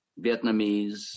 Vietnamese